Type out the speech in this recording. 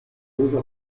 accusa